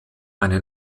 eine